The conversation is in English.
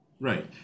Right